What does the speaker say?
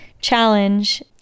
challenge